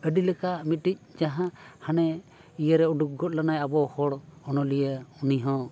ᱟᱹᱰᱤ ᱞᱮᱠᱟ ᱢᱤᱫᱴᱤᱡ ᱡᱟᱦᱟᱸ ᱦᱟᱱᱮ ᱤᱭᱟᱹ ᱨᱮ ᱩᱰᱩᱠ ᱜᱚᱜ ᱞᱮᱱᱟᱭ ᱟᱵᱚ ᱦᱚᱲ ᱚᱱᱚᱞᱤᱭᱟᱹ ᱩᱱᱤ ᱦᱚᱸ